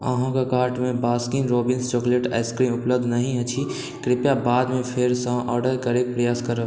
अहाँक कार्ट मे Baskin Robbins chocolate ice cream उपलब्ध नहि अछि कृपया बादमे फेरसँ ऑर्डर करैक प्रयास करब